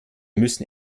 müssen